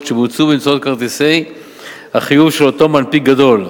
שבוצעו באמצעות כרטיסי החיוב של אותו מנפיק גדול.